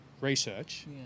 research